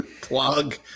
Plug